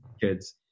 kids